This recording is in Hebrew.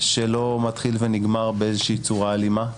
שלא מתחיל ונגמר באיזושהי צורה אלימה.